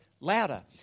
Louder